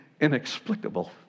inexplicable